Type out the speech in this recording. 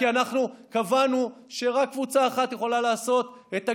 כי אנחנו קבענו שרק קבוצה אחת יכולה לעשות את הגיור,